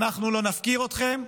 אנחנו לא נפקיר אתכם,